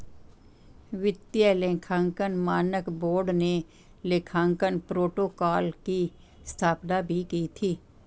वित्तीय लेखांकन मानक बोर्ड ने लेखांकन प्रोटोकॉल की स्थापना भी की थी